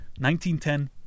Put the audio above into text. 1910